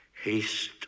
haste